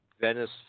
Venice